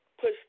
push